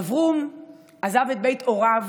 אברום עזב את בית הוריו,